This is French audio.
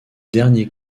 dernier